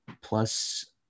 plus